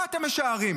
מה אתם משערים?